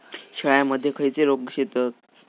शेळ्यामध्ये खैचे रोग येतत?